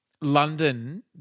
London